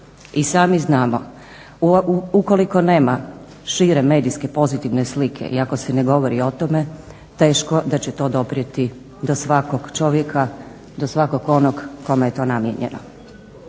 I sami znamo, ukoliko nema šire medijske pozitivne slike i ako se ne govori o tome teško da će to doprijeti do svakog čovjeka, do svakog onog kome je to namijenjeno.